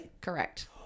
Correct